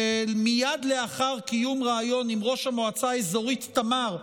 שמייד לאחר קיום ריאיון עם ראש המועצה האזורית תמר,